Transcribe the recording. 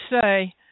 say